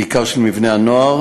בעיקר של מבני הנוער,